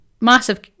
massive